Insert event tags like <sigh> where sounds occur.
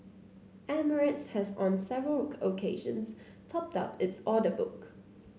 emirates has on several <unintelligible> occasions topped up its order book